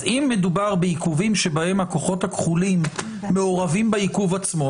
אם מדובר בעיכובים שבהם הכוחות הכחולים מעורבים בעיכוב עצמו,